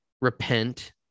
repent